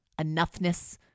enoughness